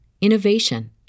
innovation